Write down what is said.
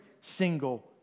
single